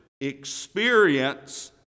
experience